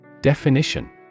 Definition